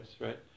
right